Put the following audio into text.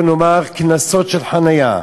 או נאמר קנסות של חניה,